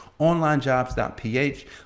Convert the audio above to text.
onlinejobs.ph